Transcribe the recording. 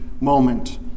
moment